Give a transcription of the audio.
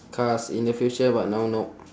cars in the future but now no